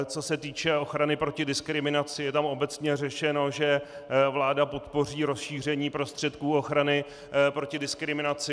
Co se týče ochrany proti diskriminaci, je tam obecně řečeno, že vláda podpoří rozšíření prostředků ochrany proti diskriminaci.